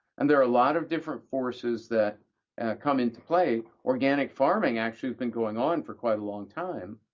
and there are a lot of different forces that come into play. organic farming actually has been going on for quite a long time,